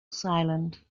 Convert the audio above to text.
silent